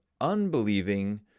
unbelieving